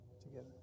together